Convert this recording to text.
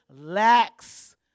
lacks